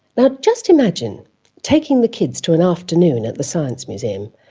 now just imagine taking the kids to an afternoon at the science museum.